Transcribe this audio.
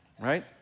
right